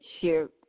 share